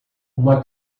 uma